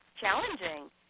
challenging